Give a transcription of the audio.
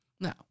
now